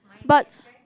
but